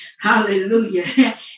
Hallelujah